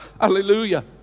Hallelujah